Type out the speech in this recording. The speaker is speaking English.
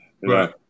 right